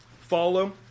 follow